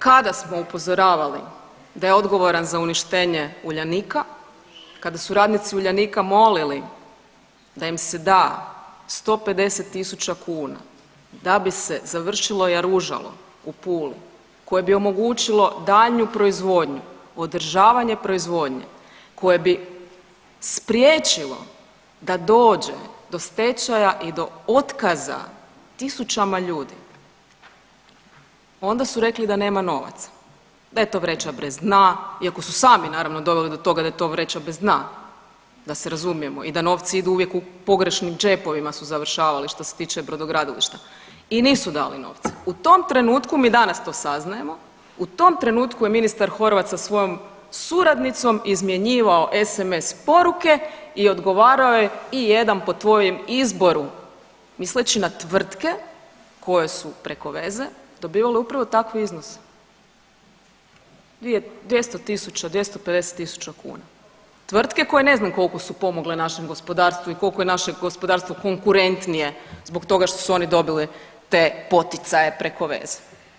Kada smo upozoravali da je odgovoran za uništenje Uljanika, kada su radnici Uljanika molili da im se da 150 tisuća kuna da bi se završilo jaružalo u Puli koje bi omogućilo daljnju proizvodnju, održavanje proizvodnje koje bi spriječilo da dođe do stečaja i do otkaza tisućama ljudi, onda su rekli da nema novaca, da je to vreća bez dna iako su sami naravno doveli do toga da je to vreća bez dna, da se razumijemo i da novci idu uvijek u pogrešnim džepovima su završavali što se tiče brodogradilišta i nisu dali novce, u tom trenutku mi danas to saznajemo, u tom trenutku je ministar Horvat sa svojom suradnicom izmjenjivao SMS poruke i odgovarao je i jedan po tvojem izboru, misleći na tvrtke koje su preko veze dobivale upravo takve iznose, 200.000, 250.000 kuna, tvrtke koje ne znam koliko su pomogle našem gospodarstvu i koliko je naše gospodarstvo konkurentnije zbog toga što su oni dobili te poticaje preko veze.